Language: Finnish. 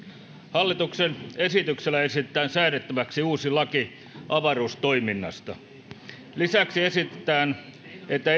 hallituksen esityksellä esitetään säädettäväksi uusi laki avaruustoiminnasta lisäksi esitetään että